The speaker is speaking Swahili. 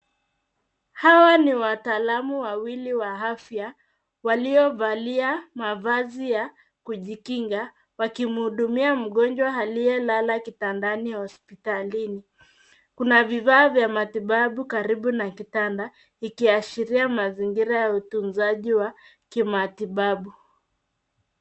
Hawa ni wataalmu wawili wa afya, waliovalia mavazi ya kujikinga, wakimhudumia mgonjwa aliyelala kitandani hospitalini. Kuna vifaa vya matibabu karibu na kitanda, ikiashiria mazingira ya utunzaji wa kimatibabu.